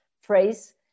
phrase